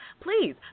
Please